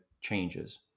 changes